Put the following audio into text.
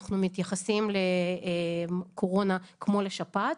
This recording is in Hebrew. אנחנו מתייחסים לקורונה כמו לשפעת.